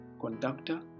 conductor